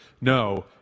No